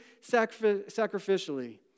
sacrificially